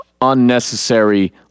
unnecessary